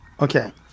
Okay